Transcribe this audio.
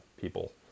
people